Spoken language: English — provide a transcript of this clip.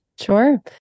Sure